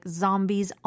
zombies